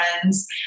friends